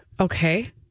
Okay